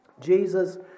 Jesus